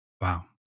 Wow